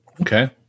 Okay